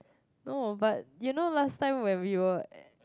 no but you know last time when we were